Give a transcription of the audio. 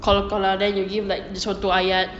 qalqalah then you give like contoh ayat